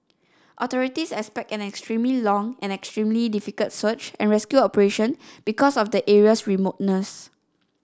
authorities expect an extremely long and extremely difficult search and rescue operation because of the area's remoteness